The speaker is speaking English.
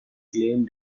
claimed